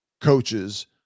coaches